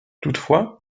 toutefois